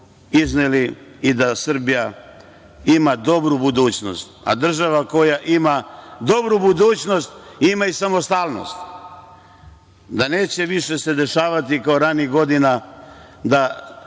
izneli i da Srbija ima dobru budućnost. Država koja ima dobru budućnost ima i samostalnost. Da se neće više dešavati kao ranijih godina da